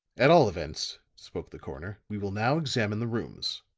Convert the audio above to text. at all events, spoke the coroner, we will now examine the rooms.